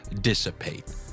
dissipate